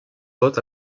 votes